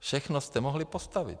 Všechno jste mohli postavit.